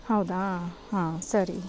ಹೌದಾ ಹಾಂ ಸರಿ